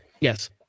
Yes